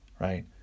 right